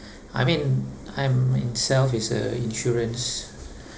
I mean I'm myself is a insurance